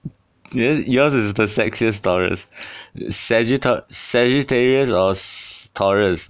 then yours is the sexiest taurus sagitta~ sagittarius or s~ taurus